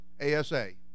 A-S-A